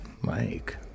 Mike